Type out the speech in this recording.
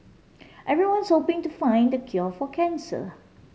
everyone's hoping to find the cure for cancer